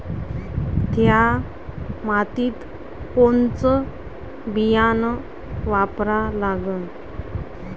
थ्या मातीत कोनचं बियानं वापरा लागन?